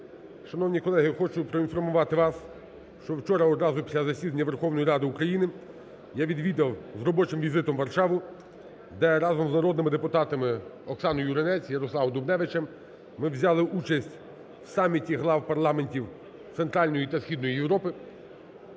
Шановні колеги, хочу проінформувати вас, що вчора одразу після засідання Верховної Ради України я відвідав з робочим візитом Варшаву, де разом з народними депутатами Оксаною Юринець і Ярославом Дубневичем ми взяли участь в Саміті глав парламентів Центральної та Східної Європи,